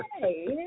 hey